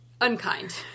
unkind